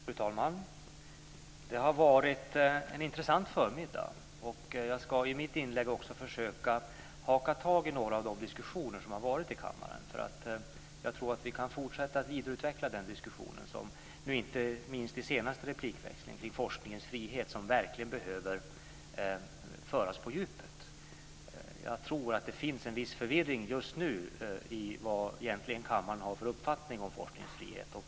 Fru talman! Det har varit en intressant förmiddag. Jag ska i mitt inlägg försöka att ta tag i några av diskussioner som har förts i kammaren. Jag tror att vi kan fortsätta att vidareutveckla den diskussionen om forskningens frihet som verkligen behöver föras på djupet. Jag tror att det finns en viss förvirring just nu i kammarens uppfattning om forskningens frihet.